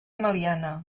meliana